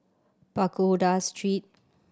Pagoda Street